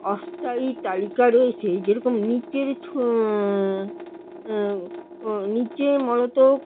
অস্থায়ী তালিকা রয়েছে যেরকম নিচের ছ নিচে মূলত